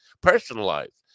personalized